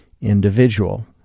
individual